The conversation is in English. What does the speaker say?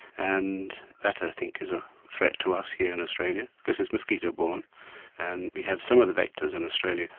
and that think is a threat to us here in australia. this is mosquito borne and we have some of the vectors in australia.